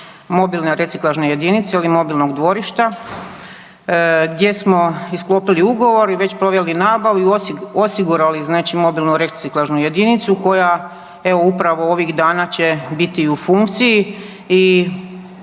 mobilne reciklažne jedinice ili mobilnog dvorišta gdje smo i sklopili ugovor i već proveli nabavu i osigurali znači mobilnu reciklažnu jedinicu koja evo upravo ovih dana će biti i u funkciji i